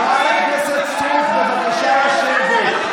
הכנסת סטרוק, בבקשה לשבת.